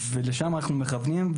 ולשם אנחנו מכוונים,